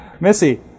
Missy